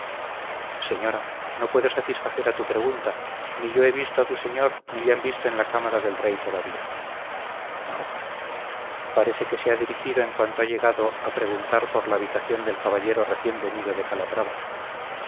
guiomar señora no puedo satisfacer a tu pregunta ni yo he visto a tu señor ni le han visto en la cámara del rey todavía no parece que se ha dirigido en cuanto ha llegado a preguntar por la habitación del caballero recién venido de calatrava